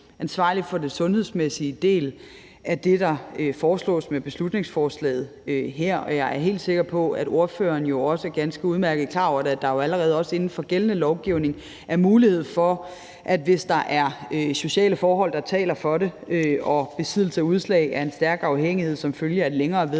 ansvarlig for den sundhedsmæssige del af det, der foreslås med beslutningsforslaget her. Jeg er helt sikker på, at ordføreren også ganske udmærket er klar over, at der allerede inden for gældende lovgivning er mulighed for, at hvis der er sociale forhold, der taler for det, og besiddelse er et udslag af en stærk afhængighed som følge af et længere og